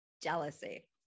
jealousy